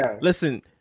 Listen